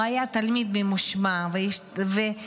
הוא היה תלמיד ממושמע וידידותי,